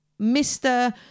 Mr